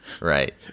Right